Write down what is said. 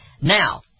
Now